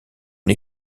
une